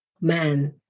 Man